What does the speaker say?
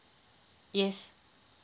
yes